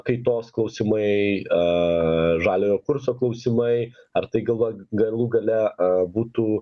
kaitos klausimai a žaliojo kurso klausimai ar tai galag galų gale a būtų